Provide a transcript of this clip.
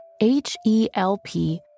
H-E-L-P